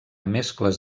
mescles